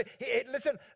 listen